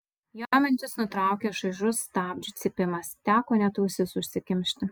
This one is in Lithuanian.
jo mintis nutraukė šaižus stabdžių cypimas teko net ausis užsikimšti